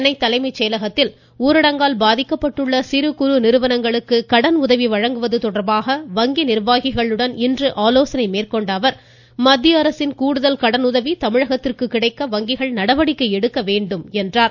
சென்னைத் தலைமைச் செயலகத்தில் ஊரடங்கால் பாதிக்கப்பட்டுள்ள சிறு குறு நிறுவனங்களுக்கு கடனுதவி வழங்குவது தொடர்பாக வங்கி நிர்வாகிகளுடன் இன்று ஆலோசனை மேற்கொண்ட அவர் மத்திய அரசின் கூடுதல் கடனுதவி தமிழகத்திற்கு கிடைக்க வங்கிகள் நடவடிக்கை எடுக்க வேண்டும் என்றார்